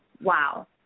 Wow